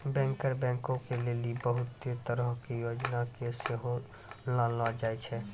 banker बैंको के लेली बहुते तरहो के योजना के सेहो लानलो जाय छै